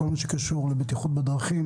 בכל מה שקשור לבטיחות בדרכים,